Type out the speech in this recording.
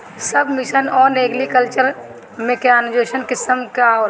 सब mission on agriculture mechanisation scheme का होला?